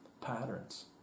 patterns